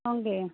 ହଁ କି